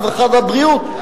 הרווחה והבריאות,